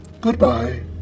Goodbye